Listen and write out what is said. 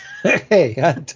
Hey